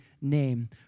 name